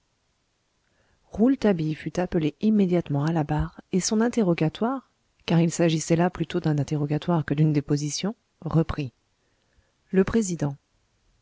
rouletabille fut appelé immédiatement à la barre et son interrogatoire car il s'agissait là plutôt d'un interrogatoire que d'une déposition reprit le président